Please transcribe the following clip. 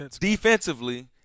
defensively